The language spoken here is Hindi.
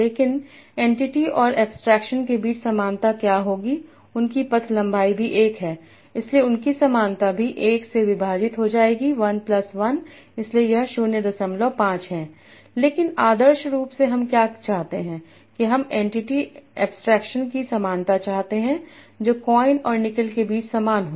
लेकिन एंटिटी और एब्स्ट्रेक्शन के बीच समानता क्या होगी उनकी पथ लंबाई भी 1 है इसलिए उनकी समानता भी 1 से विभाजित हो जाएगी 1 प्लस 1 इसलिए यह 05 है लेकिन आदर्श रूप से हम क्या चाहते हैं कि हम एनटीटी एब्स्ट्रेक्शन की समानता चाहते हैं जो कॉइन और निकल के बीच समान हो